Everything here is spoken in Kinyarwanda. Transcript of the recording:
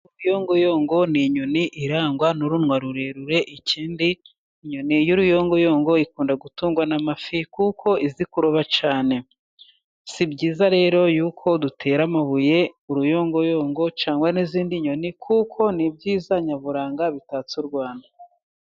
Umuyongongo ni inyoni irangwa n'urunwa rurerure, ikindi inyoni y'uruyongoyongo ikunda gutungwa n'amafi kuko izi kuroba cyane, si byiza rero ko dutera amabuye uruyongoyongo cangwa n'izindi nyoni kuko ni ibyiza nyaburanga bitatse u Rwanda.